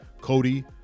Cody